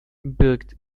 birgt